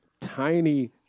tiny